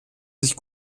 sich